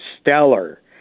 stellar